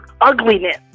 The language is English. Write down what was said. ugliness